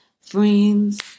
Friends